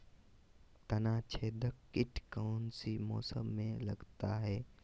तनाछेदक किट कौन सी फसल में लगता है?